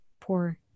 Poor